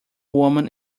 woman